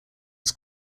its